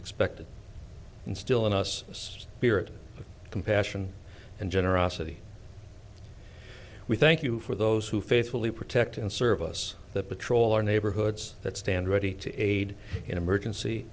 expected instill in us this spirit of compassion and generosity we thank you for those who faithfully protect and serve us that patrol our neighborhoods that stand ready to aid emergency